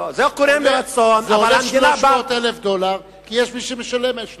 זה עולה 300,000 דולר כי יש מי שמשלם את זה.